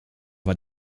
war